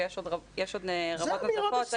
ויש עוד רבות נוספות.